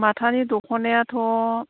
माथानि दख'नायाथ'